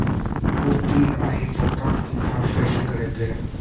UPI भुगतान की जाँच कैसे करेंगे?